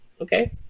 Okay